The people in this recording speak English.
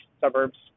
suburbs